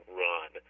run